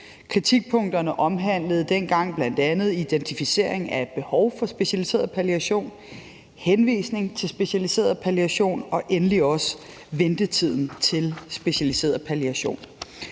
Kritikpunkterne omhandlede dengang bl.a. identificering af behov for specialiseret palliation, henvisning til specialiseret palliation og endelig også ventetiden til specialiseret palliation.